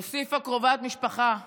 הוסיפה קרובת משפחה שלו: